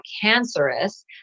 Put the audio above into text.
cancerous